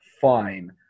fine